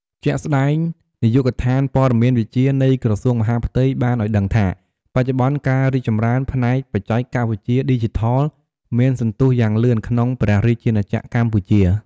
ជាក់ស្តែង នាយកដ្ឋានព័ត៌មានវិទ្យា នៃក្រសួងមហាផ្ទៃ បានឱ្យដឹងថា បច្ចុប្បន្នការរីកចម្រើនផ្នែកបច្ចេកវិទ្យាឌីជីថល មានសន្ទុះយ៉ាងលឿនក្នុងព្រះរាជាណាចក្រកម្ពុជា។